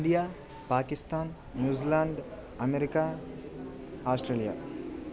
India Pakistan New Zealand America Australia